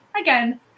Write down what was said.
again